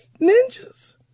ninjas